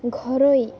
ଘରୋଇ